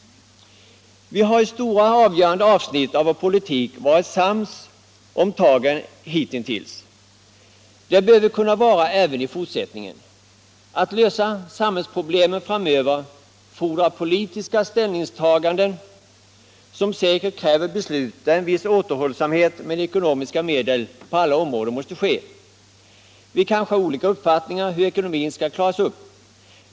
Vi har i de stora avgörande avsnitten av vår politik hitintills varit sams om tagen. Det bör vi kunna vara även i fortsättningen. En lösning av samhällsproblemen framöver fordrar politiska ställningstaganden, där en viss återhållsamhet med ekonomiska medel på alla områden måste ske. Vi har kanske olika uppfattningar om hur vi skall klara ekonomin.